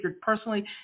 personally